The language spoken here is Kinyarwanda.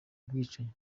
bwicanyi